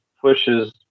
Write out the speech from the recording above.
pushes